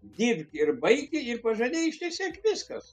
dirbki ir baigia ir pažadėjai ištesėk viskas